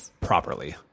properly